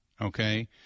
okay